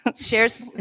shares